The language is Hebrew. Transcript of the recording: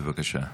בבקשה.